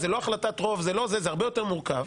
זאת לא החלטת רוב אלא זה הרבה יותר מורכב.